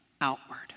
outward